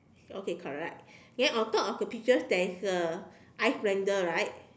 okay correct then on top of the peaches there is a ice blender right